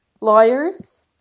lawyers